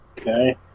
Okay